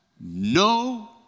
No